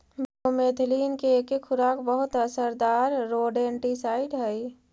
bromethalin के एके खुराक बहुत असरदार रोडेंटिसाइड हई